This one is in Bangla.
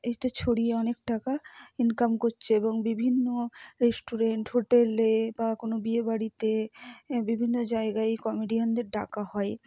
এটা ছড়িয়ে অনেক টাকা ইনকাম করছে এবং বিভিন্ন রেস্টুরেন্ট হোটেলে বা কোনো বিয়ে বাড়িতে হ্যাঁ বিভিন্ন জায়গায় কমেডিয়ানদের ডাকা হয়